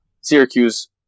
Syracuse